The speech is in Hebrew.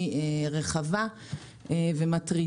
לא ייתכן שמישהו יטען שכביש 6 כלכלי